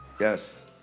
Yes